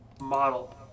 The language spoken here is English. Model